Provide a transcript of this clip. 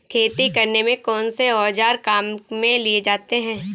खेती करने में कौनसे औज़ार काम में लिए जाते हैं?